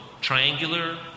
triangular